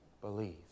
believe